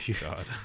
God